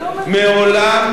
מה זה קשור?